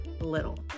little